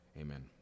amen